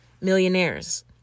millionaires